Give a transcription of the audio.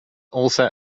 also